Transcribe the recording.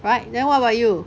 right then what about you